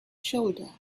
shoulder